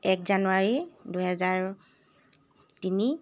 এক জানুৱাৰী দুহেজাৰ তিনি